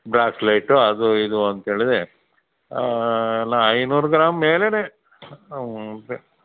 bracelet ಅದು ಇದು ಅಂಥೇಳಿದ್ರೆ ಎಲ್ಲ ಐನೂರು ಗ್ರಾಮ್ ಮೇಲೆಯೇ